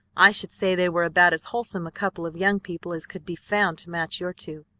i should say they were about as wholesome a couple of young people as could be found to match your two.